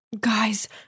Guys